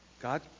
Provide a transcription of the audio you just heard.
God